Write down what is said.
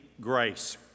Grace